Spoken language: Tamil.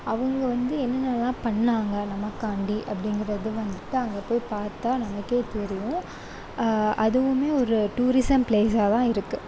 அவங்க வந்து என்னென்னலாம் பண்ணாங்க நமக்காண்டி அப்படிங்கிறது வந்துவிட்டு அங்கே போய் பார்த்தா நமக்கே தெரியும் அதுவுமே ஒரு டூரிஸம் ப்லேஸாக தான் இருக்கு